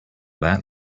that